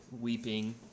weeping